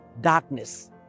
darkness